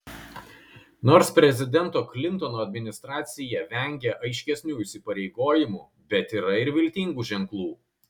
nors prezidento klintono administracija vengia aiškesnių įsipareigojimų bet yra ir viltingų ženklų